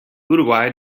uruguay